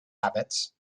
habits